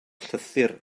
llythyr